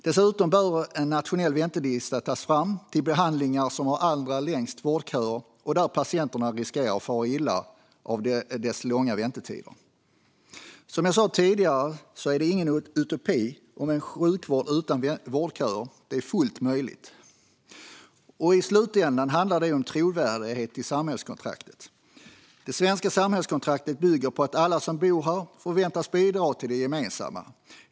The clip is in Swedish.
Dessutom bör en nationell väntelista tas fram för behandlingar som har allra längst vårdköer och där patienterna riskerar att fara illa av de långa väntetiderna. Som jag sa tidigare är det ingen utopi med en sjukvård utan vårdköer. Det är fullt möjligt. I slutändan handlar det om trovärdigheten hos samhällskontraktet. Det svenska samhällskontraktet bygger på att alla som bor här förväntas bidra till det gemensamma.